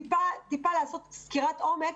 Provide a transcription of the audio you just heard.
לעשות סקירת עומק,